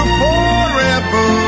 forever